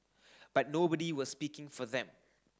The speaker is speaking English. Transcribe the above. but nobody was speaking for them